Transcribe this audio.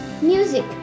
music